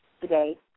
today